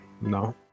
no